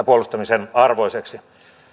puolustamisen arvoiseksi